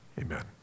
Amen